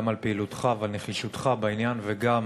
גם על פעילותך ועל נחישותך בעניין וגם